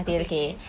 okay okay